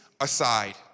aside